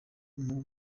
muri